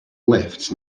lifts